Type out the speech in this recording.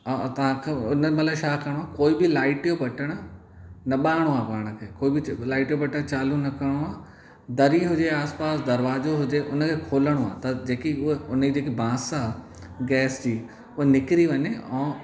ऐं तव्हांखे उन महिल छा करिणो आहे कोई बि लाइट जो बटण न ॿारिणो आहे पाण खे कोई बि लाइट जो बटण चालू न करिणो आहे दरी हुजे आस पास दरवाज़ो हुजे उन खे खोलिणो आहे त जेकी उहा उन जी जेकी बांस आहे गैस जी उहा निकरी वञे ऐं